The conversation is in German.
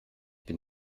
bin